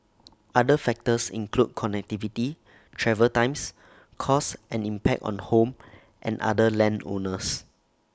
other factors include connectivity travel times costs and impact on home and other land owners